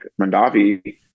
Mandavi